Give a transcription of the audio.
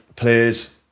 players